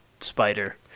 spider